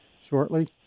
shortly